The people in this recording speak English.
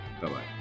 Bye-bye